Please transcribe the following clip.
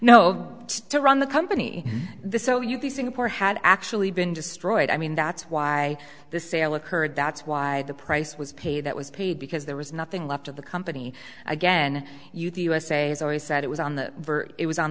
no to run the company the so you the singapore had actually been destroyed i mean that's why the sale occurred that's why the price was paid that was paid because there was nothing left of the company again you the usa has always said it was on the verge it was on